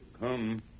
come